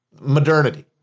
modernity